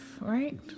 right